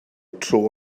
tro